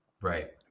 Right